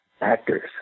actors